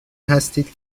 هستید